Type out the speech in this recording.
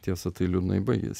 tiesa tai liūdnai baigės